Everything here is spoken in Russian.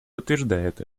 подтверждает